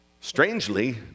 Strangely